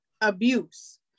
abuse